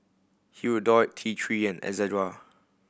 Hirudoid T Three and Ezerra